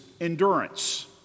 endurance